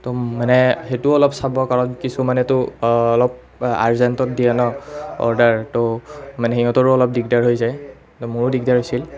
তো মানে সেইটো অলপ চাব কাৰণ কিছুমানেতো অলপ আৰ্জেণ্টেত দিয়ে ন অৰ্ডাৰ তো মানে সিহঁতৰো অলপ দিগদাৰ হৈ যায় মোৰো দিগদাৰ হৈছিল